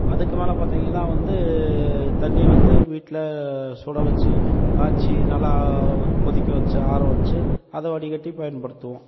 அதுக்கு மேலே பார்த்திங்கன்னா வந்து தண்ணி வந்து வீட்டில் சுட வச்சு காய்ச்சி நல்லா கொதிக்க வச்சு ஆற வச்சு அதை வடிகட்டி பயன்படுத்துவோம்